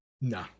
No